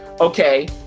okay